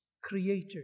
creator